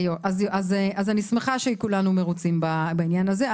אני שמחה שכולנו מרוצים בעניין הזה.